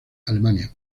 alemania